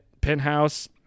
penthouse